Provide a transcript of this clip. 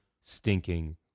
stinking